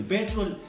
Petrol